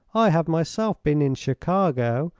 i have myself been in chicago,